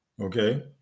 Okay